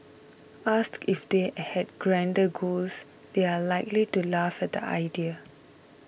asked if they had grander goals they are likely to laugh at the idea